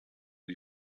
die